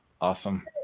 Awesome